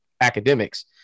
academics